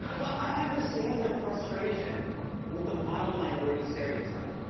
but i understand their frustration with the model minority stereotype.